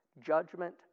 judgment